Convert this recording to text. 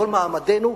כל מעמדנו,